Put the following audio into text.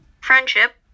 friendship